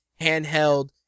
handheld